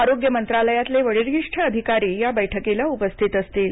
आरोग्य मंत्रालयातले वरिष्ठ अधिकारी बैठकीला उपस्थित असतील